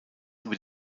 über